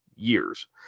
Years